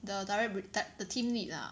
the direct br~ the team lead ah